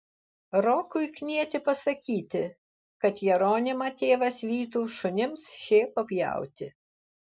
rokui knieti pasakyti kad jeronimą tėvas vytų šunims šėko pjauti